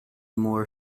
more